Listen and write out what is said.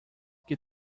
que